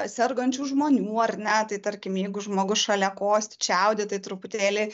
sergančių žmonių ar ne tai tarkim jeigu žmogus šalia kosti čiaudi tai truputėlį